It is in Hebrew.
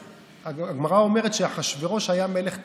כשהגמרא אומרת שאחשוורוש היה מלך טיפש,